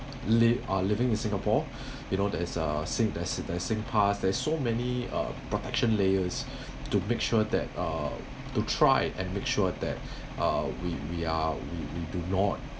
li~ ah living in singapore you know there is uh sing~ there is singpass there's so many uh protection layers to make sure that uh to try and make sure that uh we we are we do not